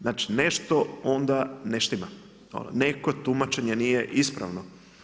Znači nešto onda ne štima, neko tumačenje nije ispravno.